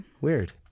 Weird